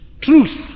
Truth